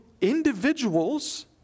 individuals